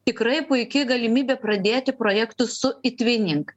tikrai puiki galimybė pradėti projektus su itvinink